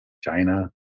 China